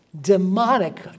demonic